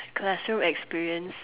classroom experience